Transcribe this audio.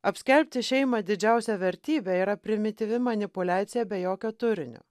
apskelbti šeimą didžiausia vertybe yra primityvi manipuliacija be jokio turinio